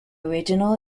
original